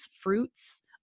fruits